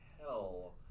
hell